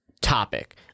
topic